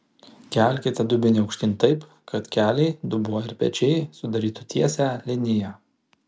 kelkite dubenį aukštyn taip kad keliai dubuo ir pečiai sudarytų tiesią liniją